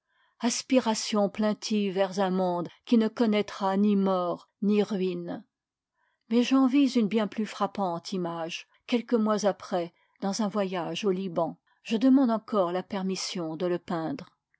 aspiration plaintive vers un monde qui ne connaîtra ni mort ni ruines mais j'en vis une bien plus frappante image quelques mois après dans un voyage au liban je demande encore la permission de le peindre